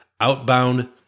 outbound